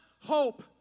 Hope